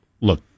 look